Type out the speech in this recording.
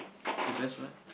the best what